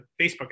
Facebook